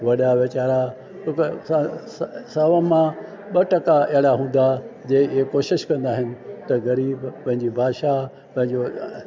वॾा वीचारा स सभु मां ॿ टका अहिड़ा हूंदा जे ए कोशिशि कंदा आहिनि त ग़रीब पंहिंजी भाषा पंहिंजो